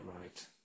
right